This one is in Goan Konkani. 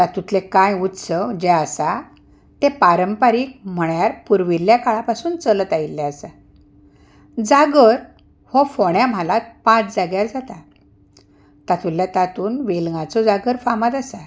तातूंतले कांय उत्सव जे आसा पारंपारीक म्हळ्यार पुर्विल्ल्या काळा पसून चलत आयिल्लें आसा जागर हो फोण्या म्हालांत पांच जाग्यार जाता तातूंतल्या तातूंत वेलंगांचो जागर फामाद आसा